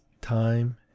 time